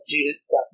Judas